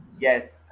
Yes